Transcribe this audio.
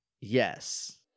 Yes